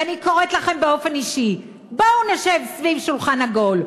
ואני קוראת לכם באופן אישי: בואו נשב סביב שולחן עגול,